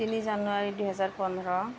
তিনি জানুৱাৰী দুহেজাৰ পোন্ধৰ